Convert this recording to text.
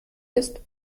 ist